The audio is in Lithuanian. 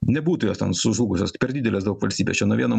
nebūtų jos ten sužlugusios per didelės daug valstybės čia vieno